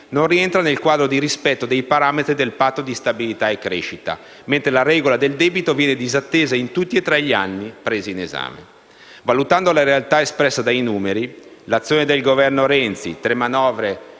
non rientra nel quadro di rispetto dei parametri del Patto di stabilità e crescita, mentre la regola del debito viene disattesa in tutti e tre gli anni presi in esame. Valutando la realtà espressa dai numeri, l'azione del Governo Renzi (tre manovre